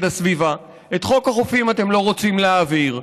הסביבה: את חוק החופים אתם לא רוצים להעביר,